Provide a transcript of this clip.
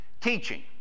teaching